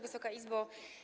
Wysoka Izbo!